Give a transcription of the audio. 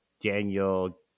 Daniel